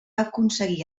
aconseguir